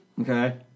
Okay